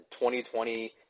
2020